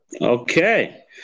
Okay